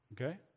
Okay